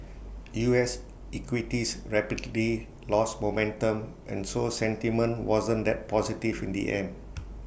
U S equities rapidly lost momentum and so sentiment wasn't that positive in the end